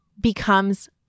becomes